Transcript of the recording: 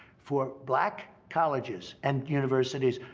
for black colleges and universities,